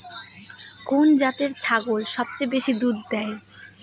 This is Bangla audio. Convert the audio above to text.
কোন জাতের ছাগল সবচেয়ে বেশি দুধ দেয়?